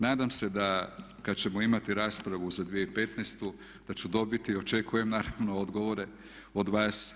Nadam se da kad ćemo imati raspravu za 2015. da ću dobiti i očekujem naravno odgovore od vas.